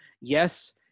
Yes